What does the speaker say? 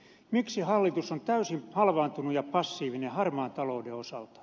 miksi hallitus on täysin halvaantunut ja passiivinen harmaan talouden osalta